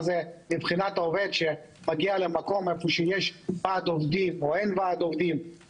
האם יש ועד עובדים או אין במקום אליו הוא מגיע,